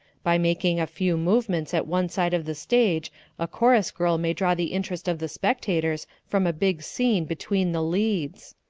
by making a few movements at one side of the stage a chorus girl may draw the interest of the spectators from a big scene between the leads.